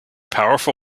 powerful